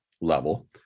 level